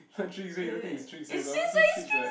tricks meh you don't think is tricks meh is obviously tricks what